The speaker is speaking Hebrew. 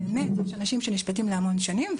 יש אנשים שנשפטים להמון שנים,